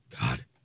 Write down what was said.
God